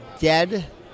dead